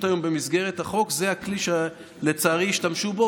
היום במסגרת החוק הוא הכלי שלצערי השתמשו בו,